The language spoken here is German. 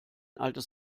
altes